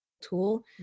tool